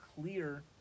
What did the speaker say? clear